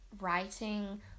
writing